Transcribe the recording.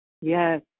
Yes